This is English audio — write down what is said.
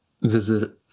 visit